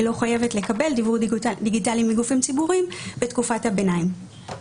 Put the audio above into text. היא לא חייבת לקבל דיוור דיגיטלי מגופים ציבוריים בתקופת הביניים.